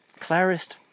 clarist